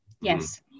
Yes